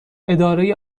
اداره